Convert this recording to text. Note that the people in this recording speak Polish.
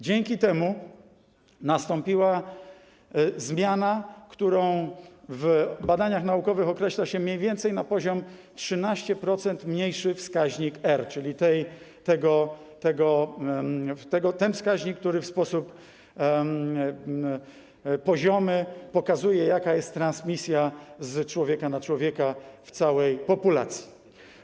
Dzięki temu nastąpiła zmiana, którą w badaniach naukowych określa się mniej więcej jako poziom: 13% mniejszy wskaźnik R, czyli ten wskaźnik, który w sposób poziomy pokazuje, jaka jest transmisja z człowieka na człowieka w całej populacji.